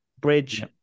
Bridge